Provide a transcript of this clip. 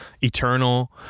eternal